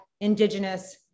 indigenous